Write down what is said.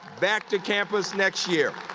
back to campus next year.